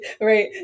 right